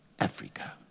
Africa